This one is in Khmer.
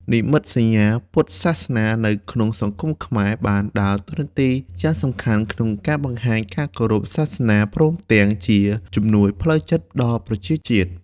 និមិត្តសញ្ញាពុទ្ធសាសនានៅក្នុងសង្គមខ្មែរ បានដើរតួនាទីយ៉ាងសំខាន់ក្នុងការបង្ហាញការគោរពសាសនា ព្រមទាំងជាជំនួយផ្លូវចិត្តដល់ប្រជាជាតិ។